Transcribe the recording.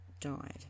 died